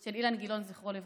של אילן גילאון, זכרו לברכה.